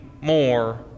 more